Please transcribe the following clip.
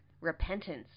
Repentance